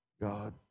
God